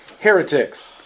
heretics